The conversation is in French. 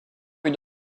une